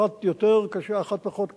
אחת יותר קשה, אחת פחות קשה.